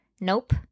Nope